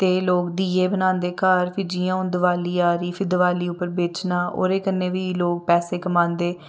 ते लोक दीये बनांदे घर फ्ही जियां हून दिवाली आ दी फ्ही दिवाली उप्पर बेचना ओह्दे कन्नै बी लोक पैसे कमांदे